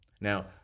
Now